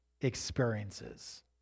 experiences